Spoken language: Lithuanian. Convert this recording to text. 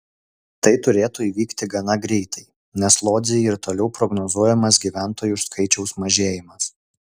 tai turėtų įvykti gana greitai nes lodzei ir toliau prognozuojamas gyventojų skaičiaus mažėjimas